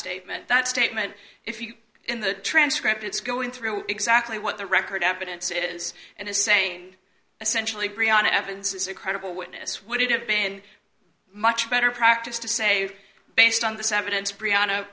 statement that statement if you in the transcript it's going through exactly what the record evidence is and is saying essentially briana evans is a credible witness would have been much better practice to say based on this evidence brianna